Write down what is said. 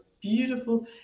beautiful